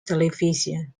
television